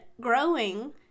growing